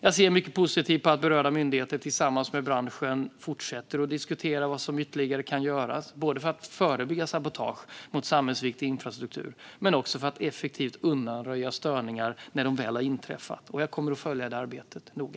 Jag ser mycket positivt på att berörda myndigheter tillsammans med branschen fortsätter att diskutera vad som ytterligare kan göras för att både förebygga sabotage mot samhällsviktig infrastruktur och för att effektivt undanröja störningar när de väl har inträffat. Jag kommer att följa det arbetet noga.